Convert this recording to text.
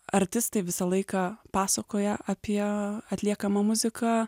artistai visą laiką pasakoja apie atliekamą muziką